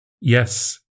Yes